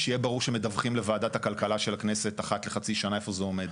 שיהיה ברור שמדווחים לוועדת הכלכלה של הכנסת אחת לחצי שנה איפה זה עומד.